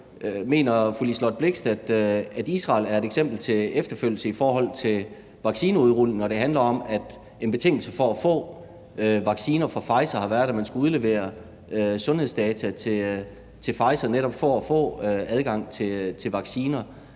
Blixt, at Israel er et eksempel til efterfølgelse i forhold til vaccineudrulning, når det handler om, at en betingelse for at få vacciner fra Pfizer har været, at man skulle udlevere sundhedsdata til Pfizer netop for at få adgang til vacciner?